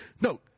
No